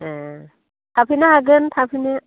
ए थाफैनो हागोन थाफैनो